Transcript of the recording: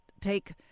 take